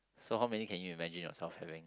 so how many can you imagine yourself having